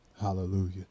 Hallelujah